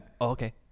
okay